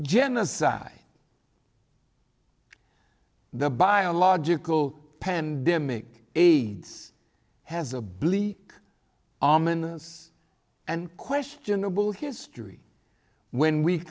genocide the biological pandemic aids has a bleak ominous and questionable history when we